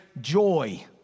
joy